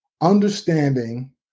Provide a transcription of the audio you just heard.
understanding